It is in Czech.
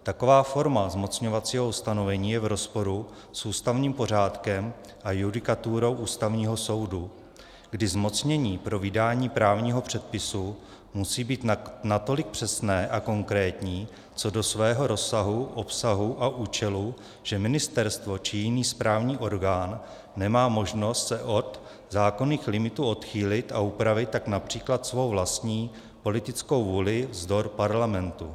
Taková forma zmocňovacího ustanovení je v rozporu s ústavním pořádkem a judikaturou Ústavního soudu, kdy zmocnění pro vydání právního předpisu musí být natolik přesné a konkrétní co do svého rozsahu, obsahu a účelu, že ministerstvo či jiný správní orgán nemá možnost se od zákonných limitů odchýlit a upravit tak například svou vlastní politickou vůli vzdor parlamentu.